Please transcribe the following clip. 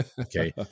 Okay